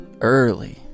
early